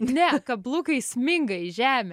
ne kablukai sminga į žemę